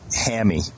hammy